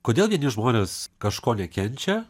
kodėl vieni žmonės kažko nekenčia